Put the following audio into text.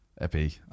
Epi